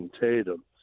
Tatum